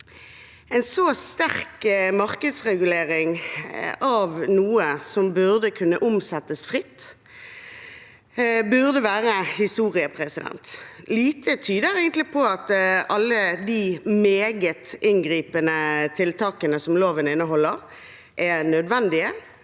En så sterk markedsregulering av noe som burde kunne omsettes fritt, burde være historie. Lite tyder egentlig på at alle de meget inngripende tiltakene som loven inneholder, er nødvendige